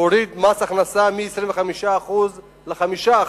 הוריד את מס ההכנסה מ-25% ל-5%,